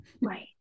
Right